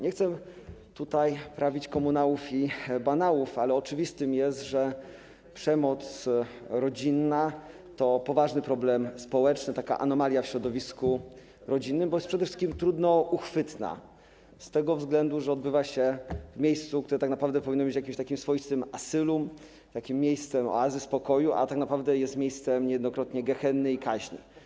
Nie chcę tutaj prawić komunałów i banałów, ale oczywistym jest, że przemoc rodzinna to poważny problem społeczny, taka anomalia w środowisku rodzinnym, bo jest przede wszystkim trudno uchwytna, z tego względu, że odbywa się w miejscu, które tak naprawdę powinno być jakimś takim swoistym asylum, taką oazą spokoju, a tak naprawdę jest miejscem niejednokrotnie gehenny i kaźni.